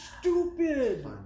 stupid